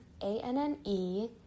A-N-N-E